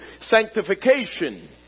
sanctification